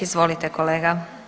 Izvolite kolega.